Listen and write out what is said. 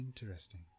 Interesting